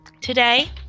Today